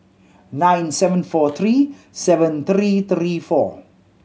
nine seven four three seven three three four